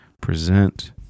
present